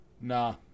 Nah